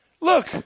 look